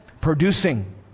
producing